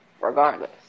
Regardless